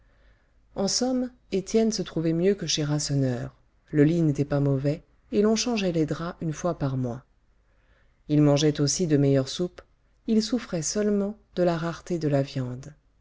en somme étienne se trouvait mieux que chez rasseneur le lit n'était pas mauvais et l'on changeait les draps une fois par mois il mangeait aussi de meilleure soupe il souffrait seulement de la rareté de la viande